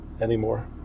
anymore